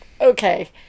okay